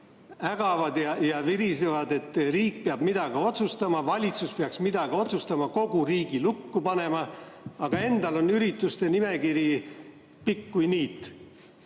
ägavad ja virisevad, et riik peab midagi otsustama, valitsus peaks midagi otsustama, kogu riigi lukku panema, aga endal on ürituste nimekiri pikk kui niit.